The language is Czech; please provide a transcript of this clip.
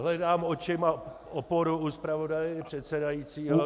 Hledám očima oporu u zpravodaje i předsedajícího.